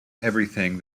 everything